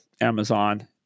Amazon